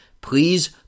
please